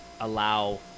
allow